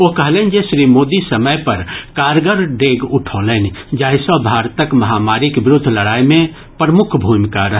ओ कहलनि जे श्री मोदी समय पर कारगर डेग उठौलनि जाहि सँ भारतक महामारीक विरूद्व लड़ाई मे प्रमुख भूमिका रहल